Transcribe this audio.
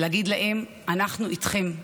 להגיד להן: אנחנו איתכן,